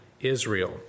Israel